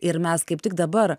ir mes kaip tik dabar